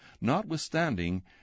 Notwithstanding